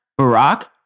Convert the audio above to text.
Barack